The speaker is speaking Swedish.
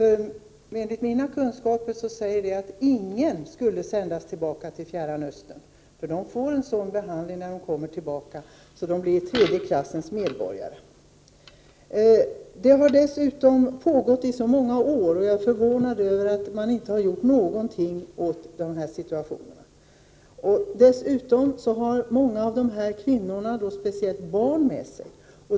Enligt mina kunskaper säger det att inga invandrare skall få sändas tillbaka till Fjärran Östern, eftersom de får en sådan behandling när de kommer tillbaka. De blir tredje klassens medborgare. Detta har pågått i så många år. Jag är förvånad över att man inte har gjort något åt den här situationen. Dessutom har många av speciellt de här kvinnorna barn med sig.